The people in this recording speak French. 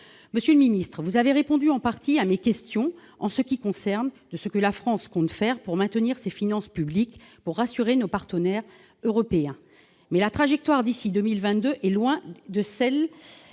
monsieur le ministre, vous avez répondu en partie à mes questions en ce qui concerne de ce que la France compte faire pour maintenir ses finances publiques pour rassurer nos partenaires européens, mais la trajectoire d'ici 2000 22 et loin de celle